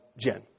Jen